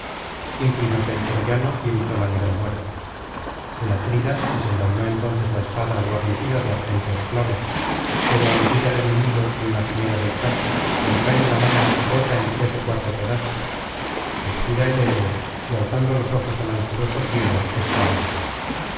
inclinóse el troyano y evitó la negra muerte el atrida desenvainó entonces la espada guarnecida de argénteos clavos pero al herir al enemigo en la cimera del casco se le cae de la mano rota en tres ó cuatro pedazos suspira el héroe y alzando los ojos al anchuroso cielo exclama